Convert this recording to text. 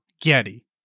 Getty